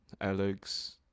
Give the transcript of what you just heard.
Alex